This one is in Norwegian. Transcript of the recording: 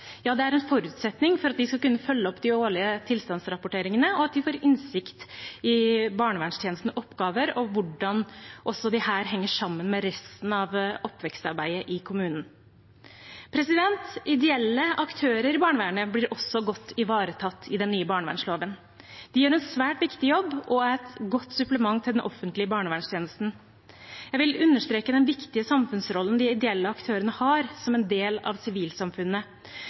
Ja, det er en forutsetning for at de skal kunne følge opp de årlige tilstandsrapporteringene at de får innsikt i barnevernstjenestens oppgaver og hvordan disse også henger sammen med resten av oppvekstarbeidet i kommunen. Ideelle aktører i barnevernet blir også godt ivaretatt i den nye barnevernsloven. De gjør en svært viktig jobb og er et godt supplement til den offentlige barnevernstjenesten. Jeg vil understreke den viktige samfunnsrollen de ideelle aktørene har som en del av sivilsamfunnet,